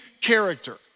character